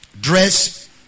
Dress